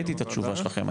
ראיתי את התשובה שלכם.